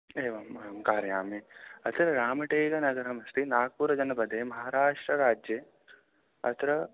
एवम् अहं कारयामि अत्र रामटेकनगरमस्ति नाग्पुरजनपदे महराष्ट्रराज्ये अत्र